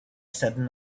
said